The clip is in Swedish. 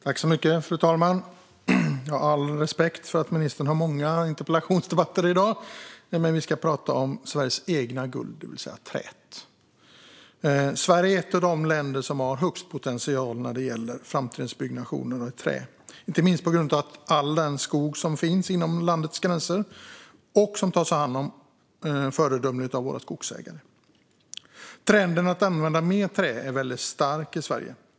Fru talman! Jag har all respekt för att ministern har många interpellationsdebatter i dag, men vi ska prata om Sveriges eget guld, det vill säga trä. Sverige är ett av de länder som har störst potential när det gäller framtidens byggnationer i trä, inte minst på grund av all skog som finns inom landets gränser och som tas om hand föredömligt av våra skogsägare. Trenden att använda mer trä är väldigt stark i Sverige.